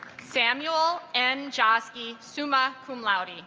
samuel and joshi summa cum laude yeah